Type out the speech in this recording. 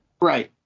Right